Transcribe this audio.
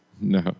No